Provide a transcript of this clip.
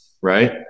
right